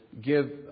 give